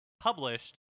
published